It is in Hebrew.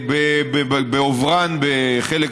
בעוברן בחלק